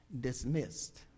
dismissed